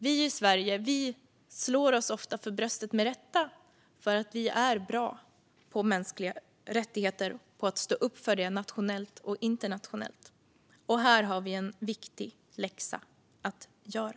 Vi i Sverige slår oss ofta för bröstet, med rätta, för att vi är bra på att stå upp för mänskliga rättigheter nationellt och internationellt, men här har vi en viktig läxa att göra.